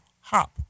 Hop